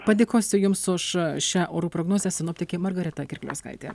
padėkosiu jums už šią orų prognozę sinoptikė margarita kirkliauskaitė